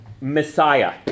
Messiah